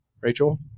Rachel